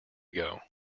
ago